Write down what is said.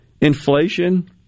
inflation